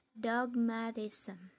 dogmatism